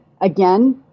again